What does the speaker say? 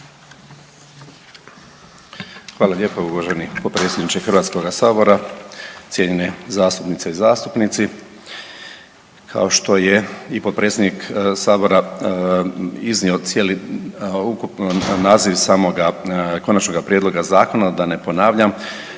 Hvala lijepo uvaženi potpredsjedniče HS, cijenjene zastupnice i zastupnici. Kao što je i potpredsjednik sabora iznio cijeli, ukupan naziv samoga konačnoga prijedloga zakona, da ne ponavljam,